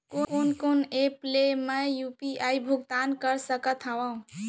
कोन कोन एप ले मैं यू.पी.आई भुगतान कर सकत हओं?